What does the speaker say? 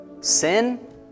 Sin